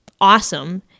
awesome